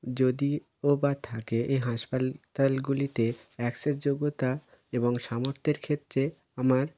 যদিও বা থাকে এই হাসপালতালগুলিতে অ্যাকসেস যোগ্যতা এবং সামর্থের ক্ষেত্রে আমার